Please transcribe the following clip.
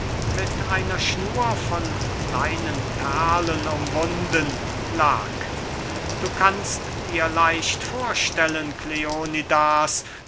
mit einer schnur von kleinen perlen umwunden lag du kannst dir leicht vorstellen kleonidas